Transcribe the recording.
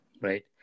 right